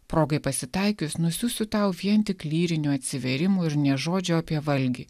progai pasitaikius nusiųsiu tau vien tik lyrinių atsivėrimų ir nė žodžio apie valgį